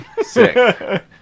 Sick